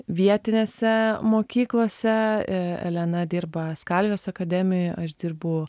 vietinėse mokyklose elena dirba skalvijos akademijoj aš dirbu